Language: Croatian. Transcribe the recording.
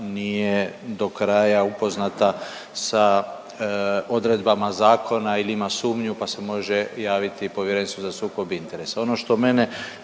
nije do kraja upoznata sa odredbama zakona ili ima sumnju pa se može javiti Povjerenstvu za sukob interesa.